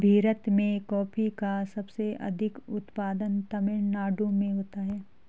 भीरत में कॉफी का सबसे अधिक उत्पादन तमिल नाडु में होता है